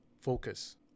focus